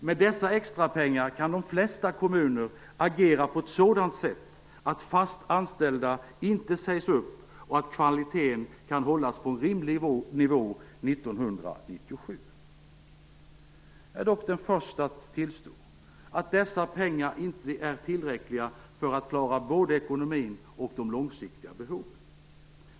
Med dessa extrapengar kan de flesta kommuner agera på ett sådant sätt att fast anställda inte sägs upp och att kvaliteten kan hållas på rimlig nivå 1997. Jag är dock den förste att tillstå att dessa pengar inte är tillräckliga för att klara både ekonomin och de långsiktiga behoven.